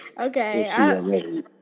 Okay